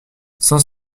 cent